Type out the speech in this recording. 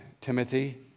Timothy